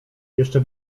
jeszcze